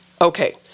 Okay